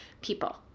people